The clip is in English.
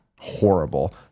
horrible